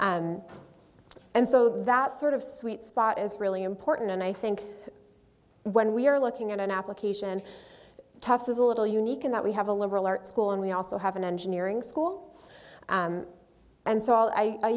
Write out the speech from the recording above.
and so that sort of sweet spot is really important and i think when we're looking at an application toughs is a little unique in that we have a liberal arts school and we also have an engineering school and so